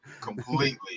completely